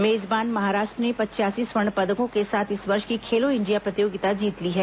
मेजबान महाराष्ट्र ने पचयासी स्वर्ण पदकों के साथ इस वर्ष की खेलो इंडिया प्रतियोगिता जीत ली है